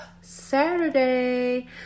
saturday